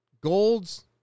golds